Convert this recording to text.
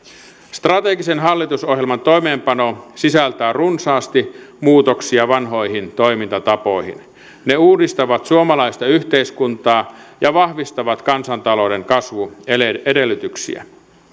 strategisen hallitusohjelman toimeenpano sisältää runsaasti muutoksia vanhoihin toimintatapoihin ne uudistavat suomalaista yhteiskuntaa ja vahvistavat kansantalouden kasvuedellytyksiä